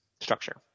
structure